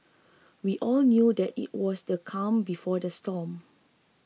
we all knew that it was the calm before the storm